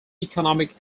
economic